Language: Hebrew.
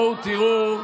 לכן,